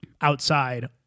outside